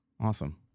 Awesome